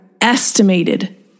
estimated